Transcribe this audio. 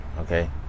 okay